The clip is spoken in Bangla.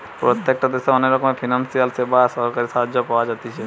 প্রত্যেকটা দেশে অনেক রকমের ফিনান্সিয়াল সেবা আর সরকারি সাহায্য পাওয়া যাতিছে